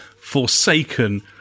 Forsaken